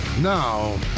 now